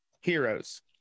heroes